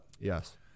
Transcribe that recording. Yes